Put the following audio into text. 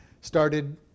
started